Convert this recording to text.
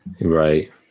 Right